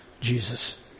Jesus